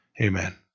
Amen